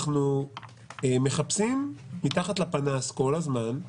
אנחנו מחפשים מתחת לפנס כל הזמן,